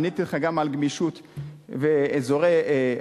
עניתי לך גם על גמישות ואזורי עדיפות,